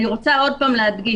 אני רוצה עוד פעם להדגיש,